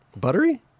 Buttery